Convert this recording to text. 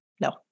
no